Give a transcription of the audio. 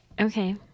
Okay